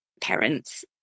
parents